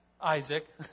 Isaac